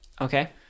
Okay